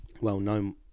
well-known